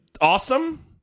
awesome